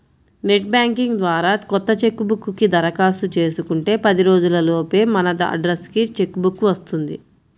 net banking ద్వారా కొత్త check book కి దరఖాస్తు చేసుకుంటే పది రోజుల లోపే మన అడ్రస్ కి చెక్ బుక్ వస్తుంది